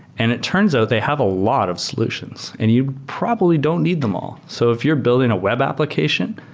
and it turns out they have a lot of solutions and you probably don't need them all. so if you're building a web application,